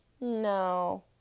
No